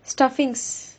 stuffings